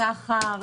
צחר,